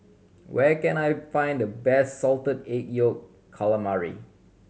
where can I find the best Salted Egg Yolk Calamari